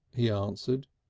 he answered.